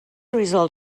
result